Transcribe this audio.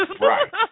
Right